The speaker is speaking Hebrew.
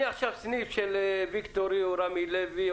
אני עכשיו סניף של ויקטורי או רמי לוי,